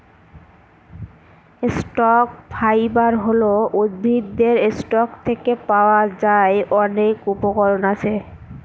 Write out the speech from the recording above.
stock fibre হল উদ্ভিদের stalk থেকে পাওয়া যার অনেক উপকরণ আছে